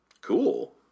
Cool